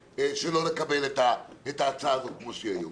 שלא לקבל את ההצעה הזאת כמו שהיא היום.